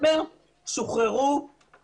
בספטמבר שוחררו